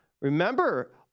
Remember